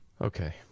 okay